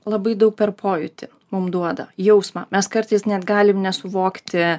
labai daug per pojūtį mum duoda jausmą mes kartais net galim nesuvokti